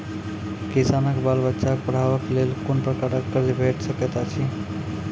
किसानक बाल बच्चाक पढ़वाक लेल कून प्रकारक कर्ज भेट सकैत अछि?